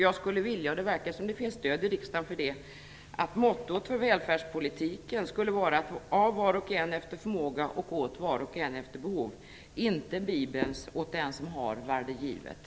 Jag skulle vilja att mottot för välfärdspolitiken skulle vara "Av var och en efter förmåga, åt var och en efter behov" och inte Bibelns "Åt den som har varde givet".